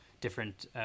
different